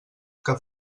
que